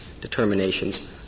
determinations